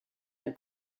del